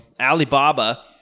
alibaba